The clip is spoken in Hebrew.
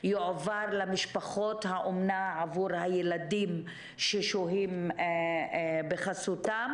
למשפחות האומנה עבור הילדים ששוהים בחסותם.